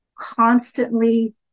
constantly